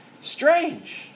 Strange